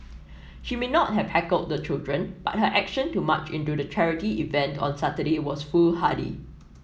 she may not have heckled the children but her action to march into the charity event on Saturday was foolhardy